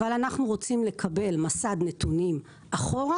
אבל אנחנו רוצים לקבל מסד נתונים אחורה